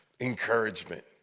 Encouragement